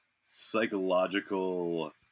psychological